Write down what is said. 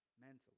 mentally